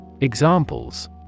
Examples